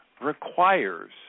requires